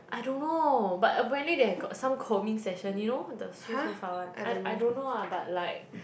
I don't know but apparently they have got some combing session you know the 梳头发 one I don't know lah but like